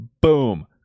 boom